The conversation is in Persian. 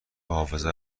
حافظه